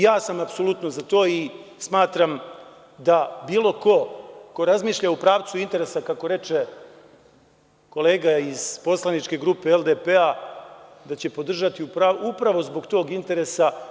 Ja sam apsolutno za to i smatram da bilo ko ko razmišlja u pravcu interesa, kako reče kolega iz poslaničke grupe LDP-a, da će podržati upravo zbog tog interesa.